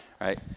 right